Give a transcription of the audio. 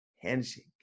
Handshake